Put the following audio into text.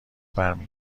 برمی